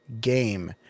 game